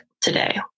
today